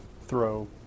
throw